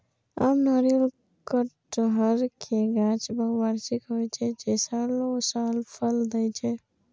आम, नारियल, कहटर के गाछ बहुवार्षिक होइ छै, जे सालों साल फल दै छै